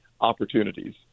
opportunities